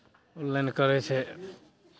online करै छै